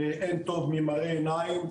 ואין טוב ממראה עיניים,